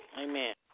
Amen